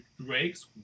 Drake's